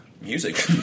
music